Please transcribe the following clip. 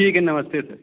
ठीक है नमस्ते सर